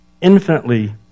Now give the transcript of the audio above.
Infinitely